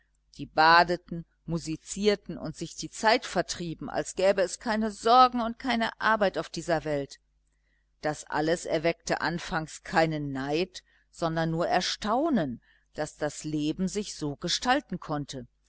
die badeten musizierten und sich die zeit vertrieben als gäbe es keine sorgen und keine arbeit auf dieser welt das alles erweckte anfangs keinen neid sondern nur erstaunen daß das leben sich so gestalten konnte